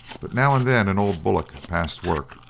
but now and then an old bullock past work,